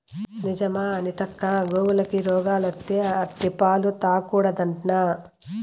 నిజమా అనితక్కా, గోవులకి రోగాలత్తే ఆటి పాలు తాగకూడదట్నా